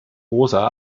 rosa